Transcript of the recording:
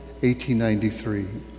1893